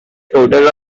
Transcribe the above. total